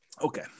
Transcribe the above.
okay